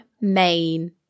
main